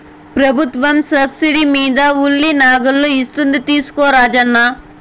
ప్రభుత్వం సబ్సిడీ మీద ఉలి నాగళ్ళు ఇస్తోంది తీసుకో రాజన్న